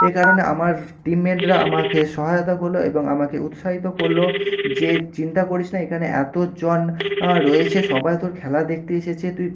এই কারণে আমার টিমমেটরা আমাকে সহায়তা করলো এবং আমাকে উৎসাহিত করলো যে চিন্তা করিস না এখানে এতজন রয়েছে সবাই তোর খেলা দেখতে এসেছে তুই